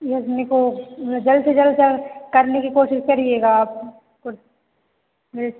yes मेरे को जल्द से जल्द कर करने की कोशिश करिएगा आप कुर मेरे